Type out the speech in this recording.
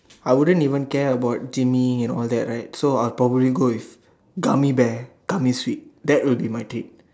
I wouldn't even care about gymming and all that right so I will probably go with gummy bear gummy sweet that would be my treat